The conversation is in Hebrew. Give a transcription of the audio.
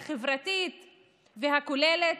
החברתית והכוללת.